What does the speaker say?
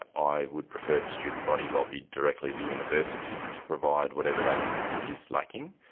i would prefer the student body lobby directly the universities to provide whatever they think is lacking.